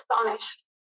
astonished